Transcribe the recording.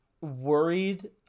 worried